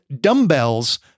dumbbells